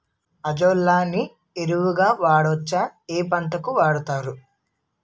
Azolla ని ఎరువు గా వాడొచ్చా? ఏ పంటలకు వాడతారు?